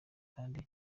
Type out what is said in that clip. kandi